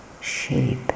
shape